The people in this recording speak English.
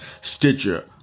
Stitcher